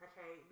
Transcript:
Okay